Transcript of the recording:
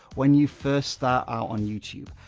when you first start out on youtube.